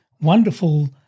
wonderful